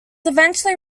eventually